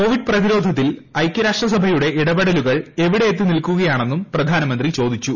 Covid പ്രതിരോധത്തിൽ ഐക്യ രാഷ്ട്രസഭയുടെ ഇടപെടലുകൾ എവിടെ എത്തിനിൽക്കുകയാണെ ന്നും പ്രധാനമന്ത്രി ചോദിച്ചു